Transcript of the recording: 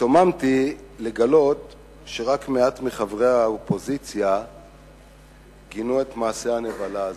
השתוממתי לגלות שרק מעט מחברי האופוזיציה גינו את מעשה הנבלה הזה,